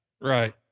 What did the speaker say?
Right